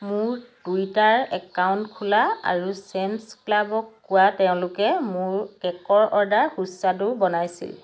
মোৰ Twitter account খোলা আৰু ছেমছ ক্লাবক কোৱা তেওঁলোকে মোৰ কে'কৰ অৰ্ডাৰ সুস্বাদু বনাইছিল